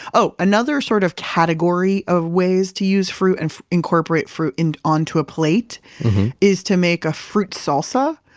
oh, another sort of category of ways to use fruit and incorporate fruit and onto a plate is to make a fruit salsa,